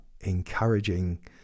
encouraging